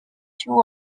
two